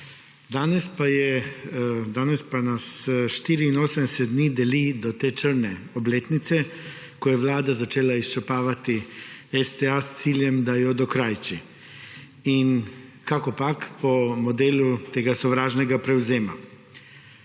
Danes pa nas 84 dni deli do te črne obletnice, ko je vlada začela izčrpavati STA s ciljem, da jo dokrajči, in kakopak po modelu tega sovražnega prevzema.